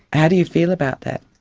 how do you feel about that,